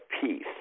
peace